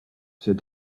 said